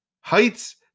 Heights